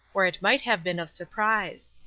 or it might have been of surprise.